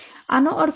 આનો અર્થ શું છે